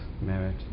merit